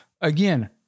again